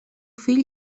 fill